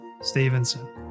Stevenson